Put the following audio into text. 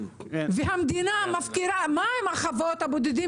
למה לחוות הבודדים